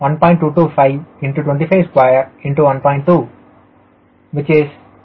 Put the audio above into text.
22525251